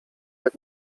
jak